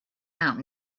out